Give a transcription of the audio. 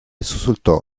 sussultò